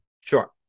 Sure